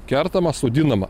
kertama sodinama